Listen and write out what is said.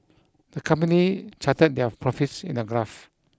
the company charted their profits in a graph